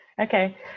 Okay